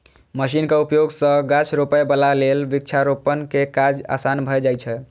मशीनक उपयोग सं गाछ रोपै बला लेल वृक्षारोपण के काज आसान भए जाइ छै